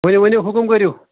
تُہۍ ؤنِو حُکُم کٔرِو